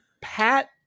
Pat